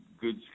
good